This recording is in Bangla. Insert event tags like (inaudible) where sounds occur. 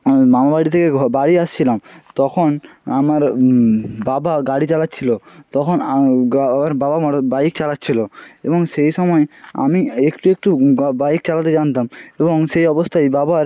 আমি মামা বাড়ি থেকে ঘ বাড়ি আসছিলাম তখন আমার বাবা গাড়ি চালাচ্ছিলো তখন (unintelligible) বাবা (unintelligible) বাইক চালাচ্ছিলো এবং সেই সময় আমি একটু একটু বাইক চালাতে জানতাম এবং সেই অবস্থায় বাবার